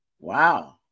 Wow